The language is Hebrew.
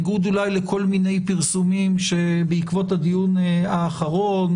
בניגוד לכל מיני פרסומים שבעקבות הדיון האחרון